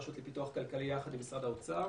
הרשות לפיתוח כלכלי יחד עם משרד האוצר,